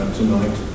tonight